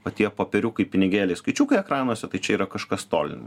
o tie popieriukai pinigėliai skaičiukai ekranuose tai čia yra kažkas tolima